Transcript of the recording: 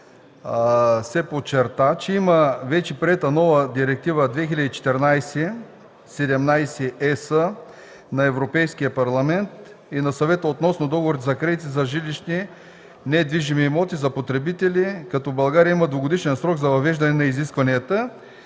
се подчерта, че вече има приета нова Директива 2014/17/ЕС на Европейския парламент и на Съвета относно договорите за кредити за жилищни недвижими имоти за потребители, като България има двугодишен срок за въвеждане на изискванията.